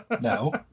No